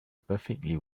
perfectly